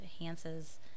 enhances